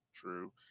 True